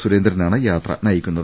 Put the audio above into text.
സുരേന്ദ്രനാണ് യാത്ര നയിക്കുന്നത്